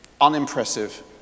unimpressive